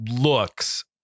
looks